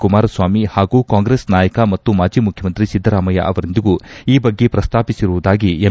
ಕುಮಾರಸ್ವಾಮಿ ಹಾಗೂ ಕಾಂಗ್ರೆಸ್ ನಾಯಕ ಮತ್ತು ಮಾಜಿ ಮುಖ್ಯಮಂತ್ರಿ ಸಿದ್ದರಾಮಯ್ಯ ಅವರೊಂದಿಗೂ ಈ ಬಗ್ಗೆ ಪ್ರಸ್ತಾಪಿಸಿರುವುದಾಗಿ ಎಂ